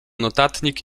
notatnik